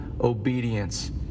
obedience